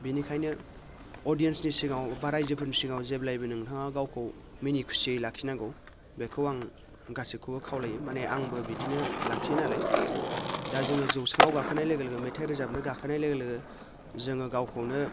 बिनिखायनो अडियेन्सनि सिगाङाव बा रायजोफोरनि सिगाङाव जेब्लायबो नोंथाङा गावखौ मिनि खुसियै लाखिनांगौ बेखौ आं गासिखौबो खावलायो माने आंबो बिदिनो लाखियोनालाय दा जोङो जौस्राङाव गाखोनाय लोगो लोगो मेथाइ रोजाबनो गाखोनाय लोगो लोगो जोङो गावखौनो